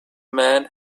man